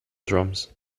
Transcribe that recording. drums